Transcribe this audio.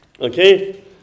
Okay